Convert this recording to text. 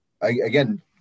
again